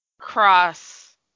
cross